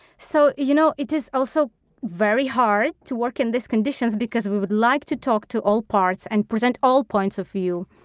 so you know it is also very hard to work in these conditions because we would like to talk to all parts and present all points of view.